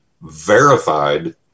verified